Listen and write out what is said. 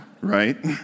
Right